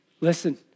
listen